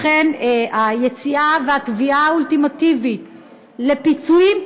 לכן היציאה והתביעה האולטימטיבית לפיצויים,